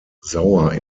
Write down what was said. sauer